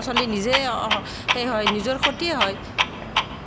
ল'ৰা ছোৱালী নিজে শেষ হয় নিজৰ ক্ষতি হয়